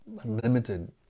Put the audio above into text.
unlimited